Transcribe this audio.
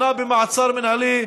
שנה במעצר מינהלי,